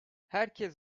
herkes